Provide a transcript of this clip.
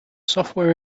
software